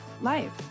life